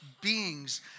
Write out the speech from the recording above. beings